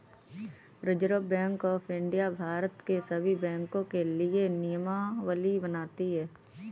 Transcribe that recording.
reserve Bank of India Bharat के सभी बैंकों के लिए नियमावली बनाती है